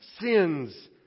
sins